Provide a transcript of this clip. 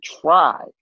try